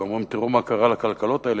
ואומרים: תראו מה קרה לכלכלות האלה.